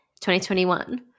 2021